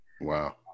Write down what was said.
Wow